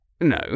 No